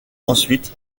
ensuite